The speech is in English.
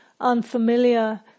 unfamiliar